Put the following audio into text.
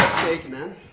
sake, man